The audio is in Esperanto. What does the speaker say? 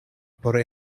por